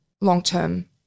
long-term